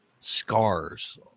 scars